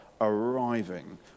arriving